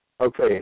Okay